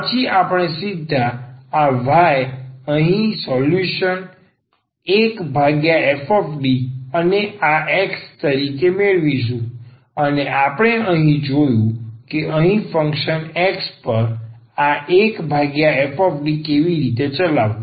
પછી આપણે સીધા આ y અહીં સોલ્યુશન 1fD અને આ x તરીકે મેળવીશું અને આપણે અહીં જોશું કે અહીં ફંક્શન X પર આ 1fD કેવી રીતે ચલાવવું